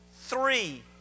Three